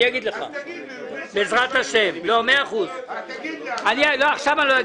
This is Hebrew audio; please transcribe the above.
אומר לך, לא עכשיו.